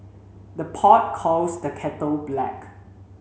the pot calls the kettle black